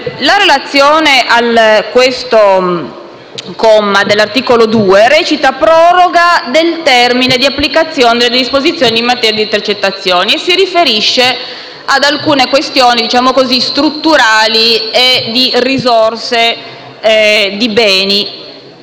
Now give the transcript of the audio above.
La relazione al comma 1 dell'articolo 2 recita: «Proroga del termine di applica di disposizioni in materia di intercettazioni», e si riferisce ad alcune questioni strutturali di risorse e di beni.